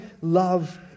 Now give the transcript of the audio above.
love